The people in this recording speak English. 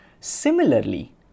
Similarly